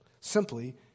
Simply